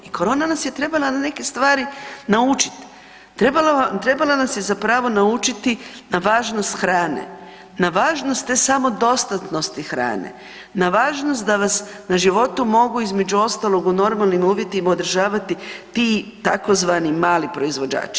I korona nas je trebala neke stvari naučit, trebala nas je zapravo naučiti na važnost hrane, na važnost te samodostatnosti hrane, na važnost da vas na životu mogu između ostalog u normalnim uvjetima održavati ti tzv. mali proizvođači.